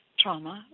trauma